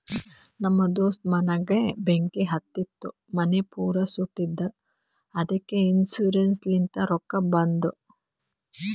ನಮ್ ದೋಸ್ತ ಮನಿಗ್ ಬೆಂಕಿ ಹತ್ತಿತು ಮನಿ ಪೂರಾ ಸುಟ್ಟದ ಅದ್ದುಕ ಇನ್ಸೂರೆನ್ಸ್ ಲಿಂತ್ ರೊಕ್ಕಾ ಬಂದು